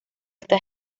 está